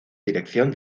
dirección